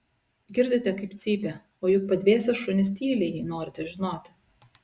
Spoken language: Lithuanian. girdite kaip cypia o juk padvėsę šunys tyli jei norite žinoti